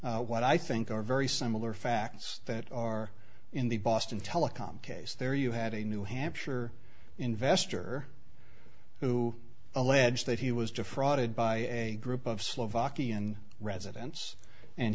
what i think are very similar facts that are in the boston telecom case there you had a new hampshire investor who allege that he was defrauded by a group of slovakian residents and